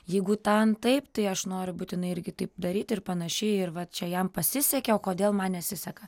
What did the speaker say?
jeigu tan taip tai aš noriu būtinai irgi taip daryti ir panašiai ir va čia jam pasisekė o kodėl man nesiseka